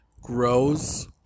grows